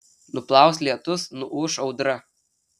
nuplaus lietus nuūš audra